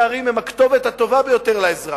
ערים הם הכתובת הטובה ביותר לאזרח.